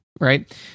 right